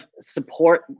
support